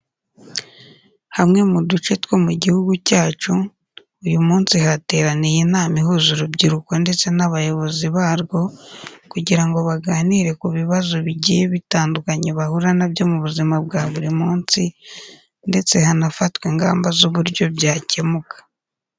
Hamwe mu duce two mu gihugu cyacu, uyu munsi hateraniye inama ihuza urubyiruko ndetse n'abayobozi barwo kugira ngo baganire ku bibazo bigiye bitandukanye bahura na byo mu buzima bwa buri munsi ndetse hanafatwe ingamba z'uburyo byakemuka.